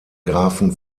grafen